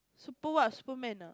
super what superman lah